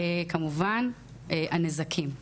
כמובן הנזקים.